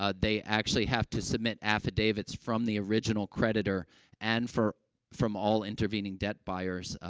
ah they actually have to submit affidavits from the original creditor and for from all intervening debt buyers, ah,